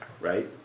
right